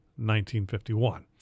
1951